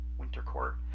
Wintercourt